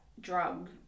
drug